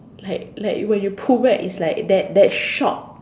like like when you pull back it's like that that shock